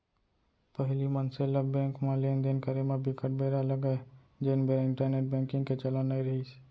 पहिली मनसे ल बेंक म लेन देन करे म बिकट बेरा लगय जेन बेरा इंटरनेंट बेंकिग के चलन नइ रिहिस